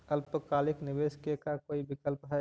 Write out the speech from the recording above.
अल्पकालिक निवेश के का कोई विकल्प है?